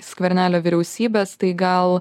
skvernelio vyriausybės tai gal